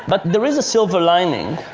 but and there is a silver lining.